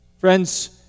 Friends